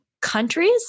countries